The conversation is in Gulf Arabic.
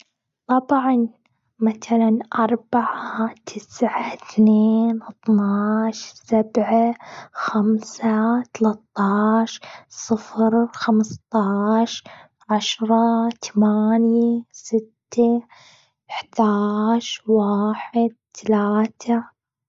طبعاً. مثلاً: أربعة، تسعة، إتنين، إتناش، سبعة، خمسة، تلاتاش، صفر، خمستاش، عشره، تمانيه، سته، حداش، واحد، تلاتة.